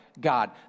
God